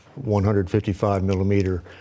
155-millimeter